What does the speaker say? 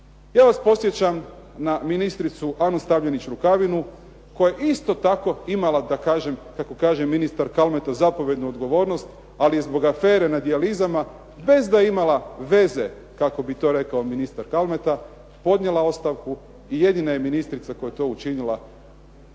ja vas podsjećam na ministricu Anu Stavljenić-Rukavinu koja isto tako imala, da kažem, kako kaže ministar Kalmeta zapovjednu odgovornost, ali je zbog afere na "Dijalizama", bez da je imala veze kako je to rekao ministar Kalmeta, podnijela ostavku i jednina je ministrica koja je to učinila